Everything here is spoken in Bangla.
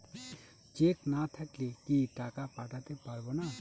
চেক না থাকলে কি টাকা পাঠাতে পারবো না?